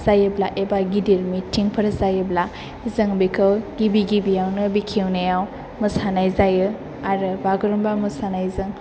जायोब्ला एबा गिदिर मिटिं फोर जायोब्ला जों बेखौ गिबि गिबियावनाे बेखेवनायाव मोसानाय जायो आरो बागुरुमबा मोसानायजों